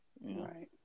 Right